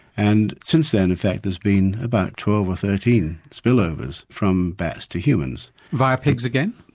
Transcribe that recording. and since then in fact there's been about twelve or thirteen spill overs from bats to humans. via pigs again?